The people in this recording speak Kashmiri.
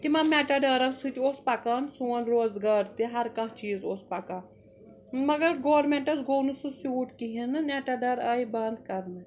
تِمَن مٮ۪ٹاڈارن سۭتۍ اوس پَکان سون روزگار تہِ ہَر کانٛہہ چیٖز اوس پَکان مگر گورمٮ۪نٛٹَس گوٚو نہٕ سُہ سیوٗٹ کِہیٖنۍ نہٕ نٮ۪ٹَدار آیہِ بَنٛد کَرنہٕ